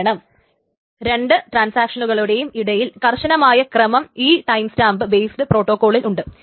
കാരണം രണ്ട് ട്രാൻസാക്ഷനുകളുടെയും ഇടയിൽ കർശനമായ ക്രമം ഈ ടൈംസ്റ്റാമ്പ് ബെയ്സ്ഡ് പ്രോട്ടോകോളുകളിൽ ഉണ്ട്